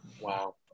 Wow